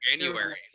January